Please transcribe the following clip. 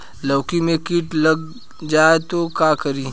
लौकी मे किट लग जाए तो का करी?